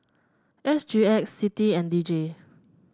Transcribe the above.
S G X CITI and D J